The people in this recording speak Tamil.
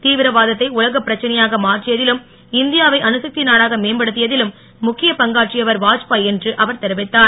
தீவிரவாதத்தை உலகப் பிரச்சனையாக மாற்றியதிலும் இந்தியாவை அணுசக்தி நாடாக மேம்படுத்தியதிலும் ழுக்கிய பங்காற்றியவர் வாத்பாய் என்று அவர் தெரிவித்தார்